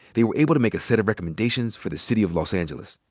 they were able to make a set of recommendations for the city of los angeles.